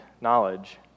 knowledge